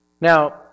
Now